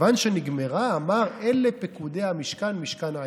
כיוון שנגמרה, אמר: אלה פקודי המשכן, משכן העדות.